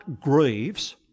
grieves